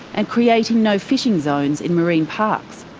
and creating no-fishing zones in marine parks.